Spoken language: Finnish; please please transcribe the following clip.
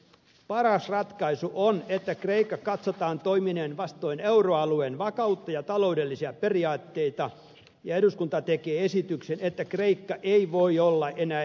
paras ratkaisu on että kreikan katsotaan toimineen vastoin euroalueen vakautta ja taloudellisia periaatteita ja eduskunta tekee esityksen että kreikka ei voi olla enää euroalueen jäsen